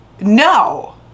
No